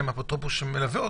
אותם.